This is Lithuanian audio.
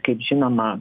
kaip žinoma